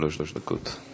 שלוש דקות.